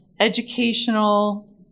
Educational